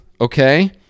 okay